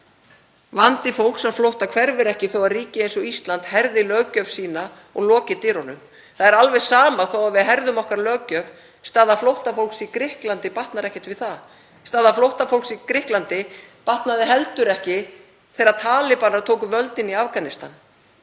Vandi fólks á flótta hverfur ekki þó að ríki eins og Ísland herði löggjöf sína og loki dyrunum. Það er alveg sama þó að við herðum okkar löggjöf, staða flóttafólks í Grikklandi batnar ekkert við það. Staða flóttafólks í Grikklandi batnaði heldur ekki þegar talíbanar tóku völdin í Afganistan.